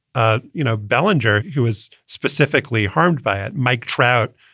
ah you know, bellinger who was specifically harmed by it. mike trout,